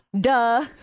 Duh